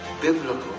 biblical